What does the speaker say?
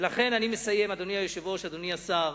ולכן, אני מסיים, אדוני היושב-ראש, אדוני השר,